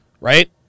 Right